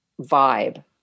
vibe